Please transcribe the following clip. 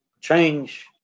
change